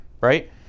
Right